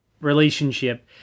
relationship